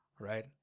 Right